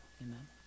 Amen